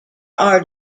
are